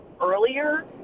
earlier